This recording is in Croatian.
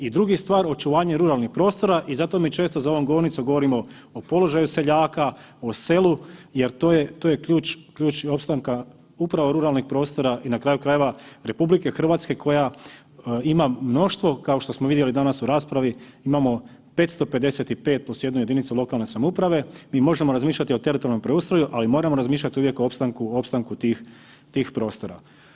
I druga stvar očuvanje ruralnih prostora i zato mi često za ovom govornicom govorimo o položaju seljaka, o selu jer to je ključ i opstanka upravo ruralnih prostora i na kraju krajeva RH koja ima mnoštvo, kao što smo vidjeli danas u raspravi, imamo 555 plus 1 jedinicu lokalne samouprave, mi možemo razmišljati o teritorijalnom preustroju, ali moramo razmišljati uvijek o opstanku tih prostora.